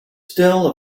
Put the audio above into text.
still